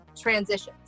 transitions